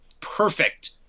perfect